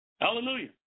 Hallelujah